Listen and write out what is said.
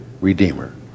redeemer